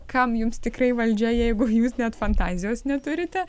kam jums tikrai valdžia jeigu jūs net fantazijos neturite